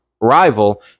rival